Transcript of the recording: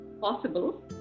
possible